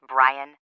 Brian